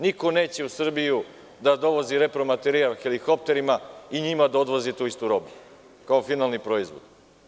Niko neće u Srbiju da dovozi repro-materijal helikopterima i njima da odvozi tu istu robu kao finalni proizvod.